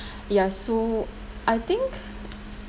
ya so I think